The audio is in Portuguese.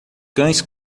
cães